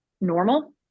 normal